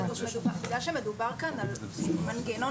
בגלל שמדובר כאן על מנגנון